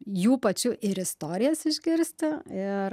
jų pačių ir istorijas išgirsti ir